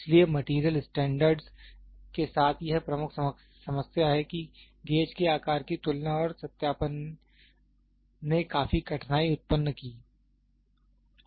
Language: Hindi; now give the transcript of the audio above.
इसलिए मैटेरियल स्टैंडर्ड के साथ यह प्रमुख समस्या है कि गेज के आकार की तुलना और सत्यापन ने काफी कठिनाई उत्पन्न की